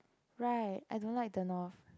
right I don't like the North